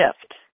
shift